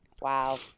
Wow